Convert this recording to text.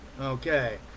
okay